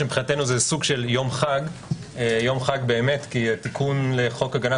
שמבחינתנו זה סוג של יום חג כי התיקון לחוק הגנת